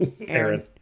Aaron